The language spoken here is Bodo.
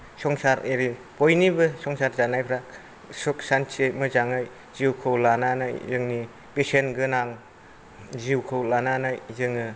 संसार आरो बयनिबो संसार जानायफ्रा सुख सान्तियै मोजाङै जिउखौ लानानै जोंनि बेसेन गोनां जिउखौ लानानै जोङो